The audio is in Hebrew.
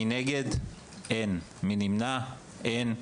נגד אין, מי נמנע אין.